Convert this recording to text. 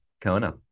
Kona